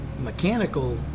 mechanical